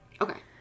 Okay